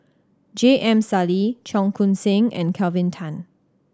J M Sali Cheong Koon Seng and Kelvin Tan